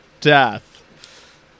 Death